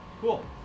Cool